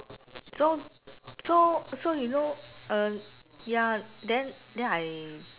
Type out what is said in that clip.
so so so you know uh ya then then I